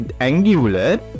angular